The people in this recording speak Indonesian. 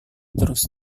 terus